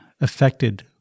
affected